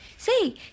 Say